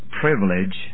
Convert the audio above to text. privilege